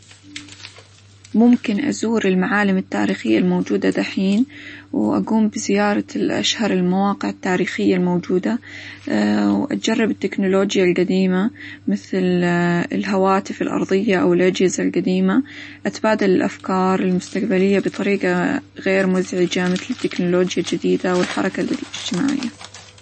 ممكن أزور المعالم التاريخية الموجودة دحين، وأقوم بزيارة -ل- أشهر المواقع التاريخية الموجودة، وأجرب التكنولوجيا القديمة مثل -ال- الهواتف الأرظية أو الأجهزة القديمة، أتبادل الأفكار المستقبلية بطريقة غير مزعجة مثل التكنولوجيا الجديدة ، والحركة الإجتماعية.